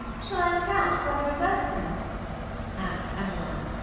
shall i look out for other advertisements asked emmeline.